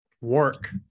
work